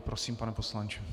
Prosím, pane poslanče.